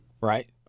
Right